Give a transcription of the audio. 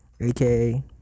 aka